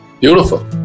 Beautiful